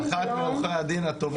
אחת מעורכות הדין הטובות בישראל.